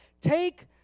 Take